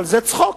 אבל זה צחוק,